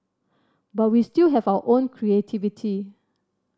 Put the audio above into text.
but we still have our creativity